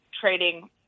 trading